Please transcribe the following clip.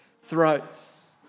throats